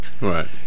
Right